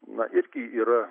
na irgi yra